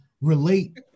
relate